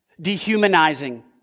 dehumanizing